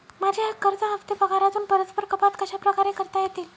माझे कर्ज हफ्ते पगारातून परस्पर कपात कशाप्रकारे करता येतील?